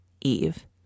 Eve